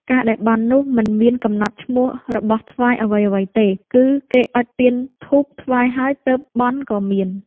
ការដែលបន់នោះ មិនមានកំណត់ឈ្មោះរបស់ថ្វាយអ្វីៗទេ គឺគេអុជទៀនធូបថ្វាយហើយទើបបន់ក៏មាន